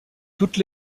toutes